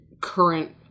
current